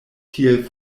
tiel